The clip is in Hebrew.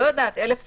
יש אלף סיפורים.